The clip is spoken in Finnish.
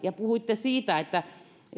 ja puhuitte siitä että